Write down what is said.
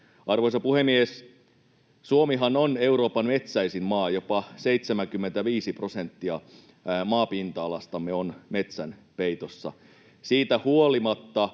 Arvoisa puhemies! Suomihan on Euroopan metsäisin maa: jopa 75 prosenttia maapinta-alastamme on metsän peitossa. Siitä huolimatta